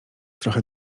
trochę